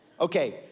Okay